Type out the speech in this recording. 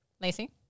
Lacey